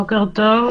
בוקר טוב.